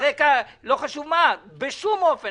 בשום אופן,